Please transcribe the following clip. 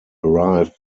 arrived